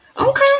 Okay